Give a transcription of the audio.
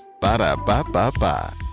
Ba-da-ba-ba-ba